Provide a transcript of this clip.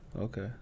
Okay